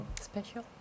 Special